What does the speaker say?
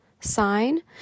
sign